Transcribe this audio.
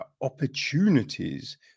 opportunities